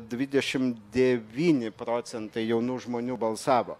dvidešim devyni procentai jaunų žmonių balsavo